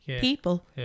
people